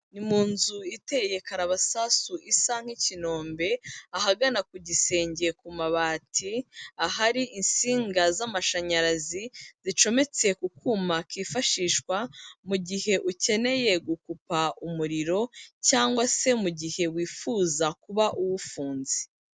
Ni mu nzu iteye karabasasu isa nk'ikinombe ahagana ku gisenge ku mabati, ahari insinga z'amashanyarazi zicometse ku kuma kifashishwa mu gihe ukeneye gukupa umuriro cyangwa se mu gihe wifuza kuba uwufunze.